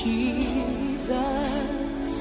Jesus